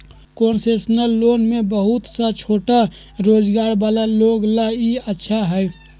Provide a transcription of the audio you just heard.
concessional loan में बहुत सा छोटा रोजगार वाला लोग ला ई अच्छा हई